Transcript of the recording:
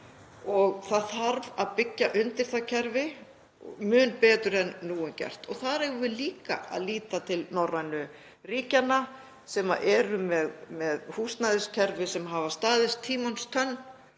og það þarf að byggja undir það kerfi mun betur en nú er gert. Þar eigum við líka að líta til norrænu ríkjanna sem eru með húsnæðiskerfi sem hafa staðist tímans tönn